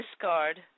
discard